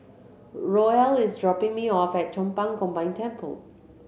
Roel is dropping me off at Chong Pang Combined Temple